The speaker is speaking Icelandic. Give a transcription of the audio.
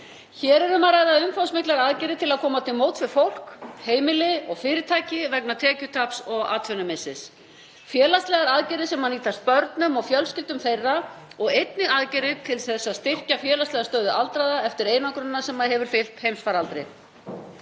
Hér er um að ræða umfangsmiklar aðgerðir til að koma til móts við fólk, heimili og fyrirtæki vegna tekjutaps og atvinnumissis, félagslegar aðgerðir sem nýtast börnum og fjölskyldum þeirra og einnig aðgerðir til að styrkja félagslega stöðu aldraðra eftir einangrunina sem hefur fylgt heimsfaraldri.